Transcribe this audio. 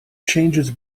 changes